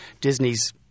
Disney's